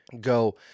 go